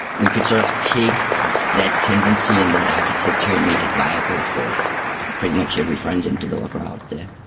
we could sort of take that tendency and that architecture and make it viable for for pretty much every frontend developer out there.